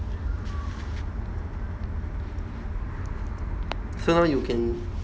so now you can